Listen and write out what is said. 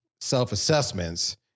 self-assessments